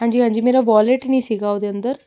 ਹਾਂਜੀ ਹਾਂਜੀ ਮੇਰਾ ਵੋਲਟ ਨਹੀਂ ਸੀਗਾ ਉਹਦੇ ਅੰਦਰ